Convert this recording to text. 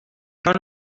turn